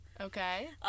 Okay